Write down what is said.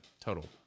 total